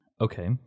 Okay